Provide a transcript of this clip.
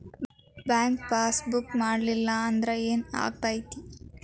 Bank passbook ಮಾಡಲಿಲ್ಲ ಅಂದ್ರೆ ಏನ್ ಆಗ್ತೈತಿ?